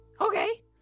Okay